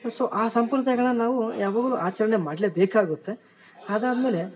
so ಆ ಸಂಪ್ರದಾಯಗಳ ನಾವು ಯಾವಾಗ್ಲು ಆಚರಣೆ ಮಾಡಲೇಬೇಕಾಗುತ್ತೆ ಅದಾದಮೇಲೆ